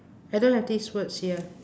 I don't have these words here